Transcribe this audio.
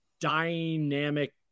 dynamic